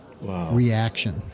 reaction